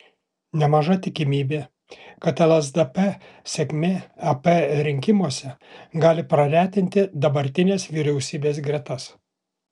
nemaža tikimybė kad lsdp sėkmė ep rinkimuose gali praretinti dabartinės vyriausybės gretas